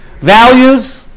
Values